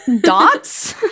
Dots